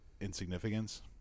Insignificance